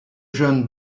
jeune